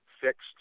fixed